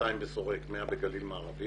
200 מיליון בסורק ו-100 מיליון בגליל מערבי.